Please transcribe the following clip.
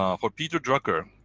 um for peter drucker,